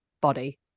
body